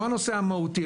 לא הנושא המהותי,